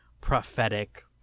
prophetic